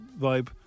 vibe